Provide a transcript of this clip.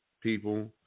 people